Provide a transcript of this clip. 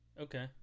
Okay